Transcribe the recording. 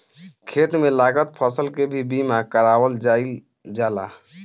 खेत में लागल फसल के भी बीमा कारावल जाईल जाला